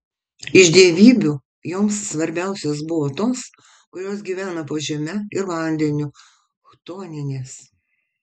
iš dievybių joms svarbiausios buvo tos kurios gyvena po žeme ir vandeniu chtoninės